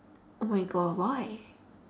oh my god why